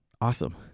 awesome